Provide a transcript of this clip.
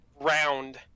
round